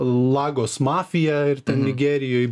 lagos mafija ir nigerijoj